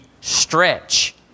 stretch